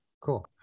cool